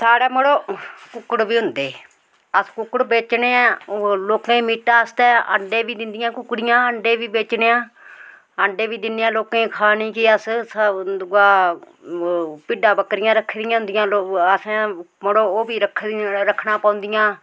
साढ़ै मढ़ो कुक्कड़ बी होंदे अस कुक्कड़ बेचने आं लोकें ई मीटा आस्तै अंडे बी दिंदियां कुक्कड़ियां अंडे बी बेचने आं अंडे बी दिन्ने आं लोकें गी खाने गी अस सा दूआ भिड्डां बक्करियां रक्खी दियां होंदियां लो असें मड़ो ओह् बी रक्खी रक्खना पैंदियां